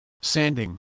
Sanding